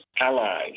allies